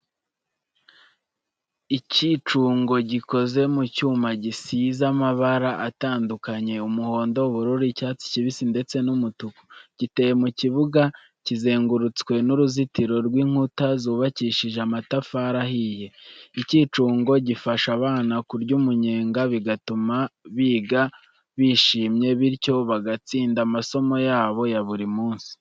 Icyicungo gikoze mu cyuma gisize amabara atandukanye, umuhondo, ubururu, icyatsi kibisi ndetse n’umutuku. Giteye mu kibuga kizengurutswe n’uruzitiro rw’inkuta zubakishije amatafari ahiye. Icyucungo gifasha abana kurya umunyenga bigatuma biga bishimye, bityo bagatsinda amasomo yabo ya buri munsi.